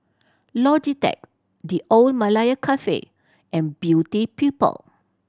Logitech The Old Malaya Cafe and Beauty People